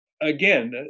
again